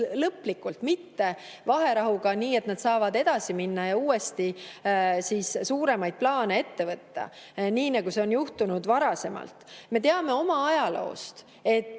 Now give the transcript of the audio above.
lõplikult, mitte vaherahuga, nii et nad saavad edasi minna ja uuesti suuremaid plaane ette võtta, nii nagu see on juhtunud varasemalt.Me teame oma ajaloost, et